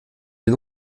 une